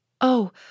Oh